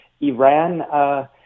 Iran